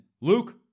Luke